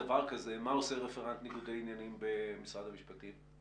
דבר כזה מה עושה רפרנט לניגודי עניינים במשרד המשפטים.